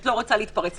לא.